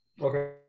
Okay